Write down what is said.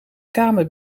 kamer